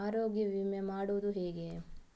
ಆರೋಗ್ಯ ವಿಮೆ ಮಾಡುವುದು ಹೇಗೆ?